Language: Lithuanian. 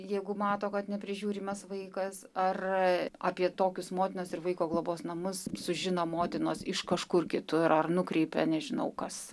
jeigu mato kad neprižiūrimas vaikas ar apie tokius motinos ir vaiko globos namus sužino motinos iš kažkur kitur ar nukreipia nežinau kas